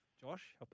Josh